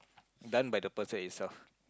done by the person itself ya